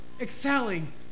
excelling